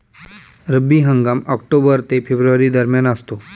रब्बी हंगाम ऑक्टोबर ते फेब्रुवारी दरम्यान असतो